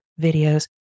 videos